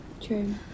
True